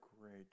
great